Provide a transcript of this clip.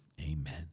amen